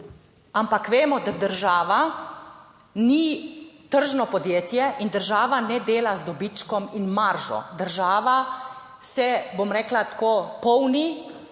ampak vemo, da država ni tržno podjetje in država ne dela z dobičkom in maržo. Država se, bom rekla, tako, polni,